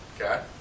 Okay